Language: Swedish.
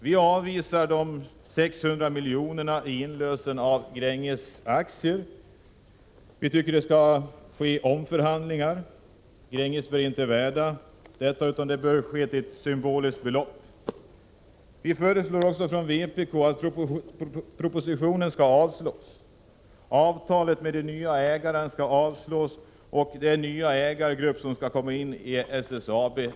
Vi godtar inte den värdering av Grängesaktierna som gjorts utan anser att aktierna skall lösas in med ett symboliskt belopp. Vpk föreslår att även övriga förslag i propositionen skall avslås. Det gäller bl.a. avtalet med de nya ägarna. Vi anser inte att någon ny ägargrupp skall ingå i SSAB.